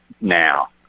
now